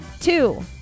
Two